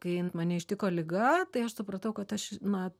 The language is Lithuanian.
kai mane ištiko liga tai aš supratau kad aš na